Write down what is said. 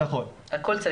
נכון.